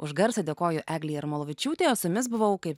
už garsą dėkoju eglei jarmolavičiūtė o su jumis buvau kaip